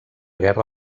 guerra